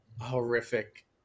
horrific